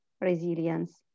resilience